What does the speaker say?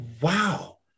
wow